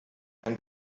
ein